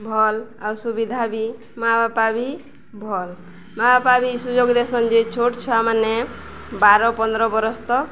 ଭଲ୍ ଆଉ ସୁବିଧା ବି ମାଆ ବାପା ବି ଭଲ୍ ମାଆ ବାପା ବି ସୁଯୋଗ ଦେସନ୍ ଯେ ଛୋଟ ଛୁଆମାନେ ବାର ପନ୍ଦର ବରଷ ତ